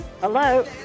Hello